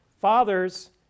Fathers